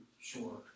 sure